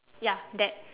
ya that